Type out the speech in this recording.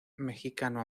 mexicano